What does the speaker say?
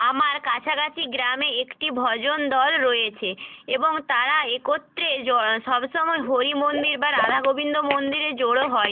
আমার কাছাকাছি গ্রামে একটি ভজন দল রয়েছে এবং তারা একত্রে জ সব সময় হরি মন্দির বা রাধাগোবিন্দ মন্দিরে জোড়ো হয়